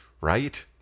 Right